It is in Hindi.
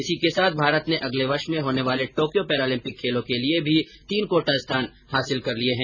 इसी के साथ भारत ने अगले वर्ष होने वाले टोक्यों पैरालम्पिक खेलों के लिए भी तीन कोटा स्थान हासिल कर लिए है